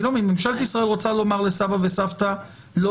ממשלת ישראל רוצה לומר לסבתא וסבתא לא